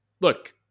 look